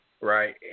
Right